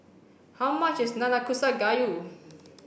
how much is Nanakusa Gayu